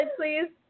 please